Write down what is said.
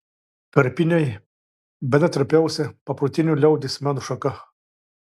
karpiniai bene trapiausia paprotinio liaudies meno šaka